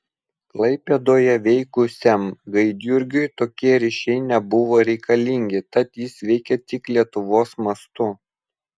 klaipėdoje veikusiam gaidjurgiui tokie ryšiai nebuvo reikalingi tad jis veikė tik lietuvos mastu